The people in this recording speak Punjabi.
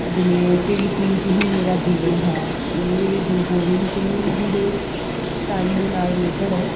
ਜਿਵੇਂ ਤੇਰੀ ਪ੍ਰੀਤ ਹੀ ਮੇਰਾ ਜੀਵਨ ਹੈ ਇਹ ਗੁਰੂ ਗੋਬਿੰਦ ਸਿੰਘ ਜੀ ਦੇ ਟਾਈਮ ਦੇ ਨਾਲ਼ ਰਿਲੇਟਿਡ ਹੈ